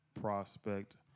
prospect